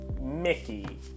Mickey